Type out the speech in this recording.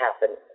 happen